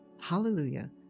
Hallelujah